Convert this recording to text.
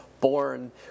born